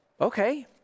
okay